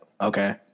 okay